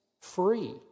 free